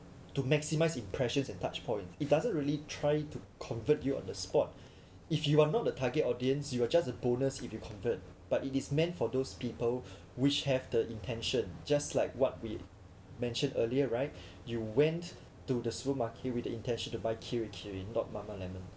to maximise impressions and touch point it doesn't really try to convert you on the spot if you are not the target audience you were just a bonus if you convert but it is meant for those people which have the intention just like what we mentioned earlier right you went to the supermarket with the intention to buy Kirei Kirei not Mama Lemon